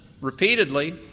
repeatedly